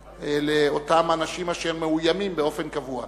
לאותם אנשים אשר מאוימים באופן קבוע.